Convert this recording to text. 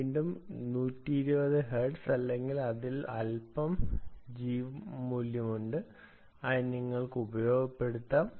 വീണ്ടും 120 ഹെർട്സ് അല്ലെങ്കിൽ അതിൽ അൽപം G മൂല്യമുണ്ട് അത് നിങ്ങൾക്കും ഉപയോഗപ്പെടുത്താം